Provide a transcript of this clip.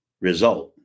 result